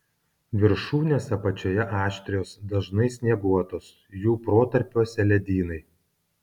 viršūnės apačioje aštrios dažnai snieguotos jų protarpiuose ledynai